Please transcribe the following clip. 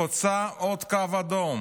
חוצה עוד קו אדום,